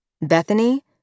Bethany